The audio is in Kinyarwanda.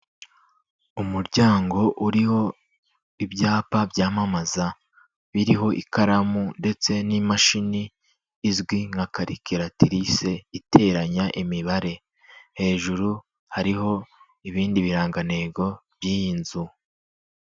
Umuryango uriho ibyapa byamamaza, biriho ikaramu ndetse n'imashini izwi nka karikiratirise iteranya imibare, hejuru hariho ibindi birangantego by'iyi nzu.